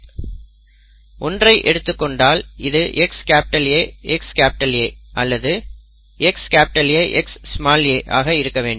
1 ஐ எடுத்துக் கொண்டால் இது XAXA or XAXa ஆக இருக்க வேண்டும்